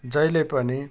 जहिले पनि